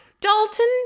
Dalton